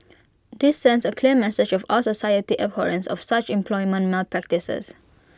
this sends A clear message of our society's abhorrence of such employment malpractices